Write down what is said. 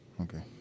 Okay